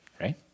Right